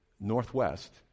northwest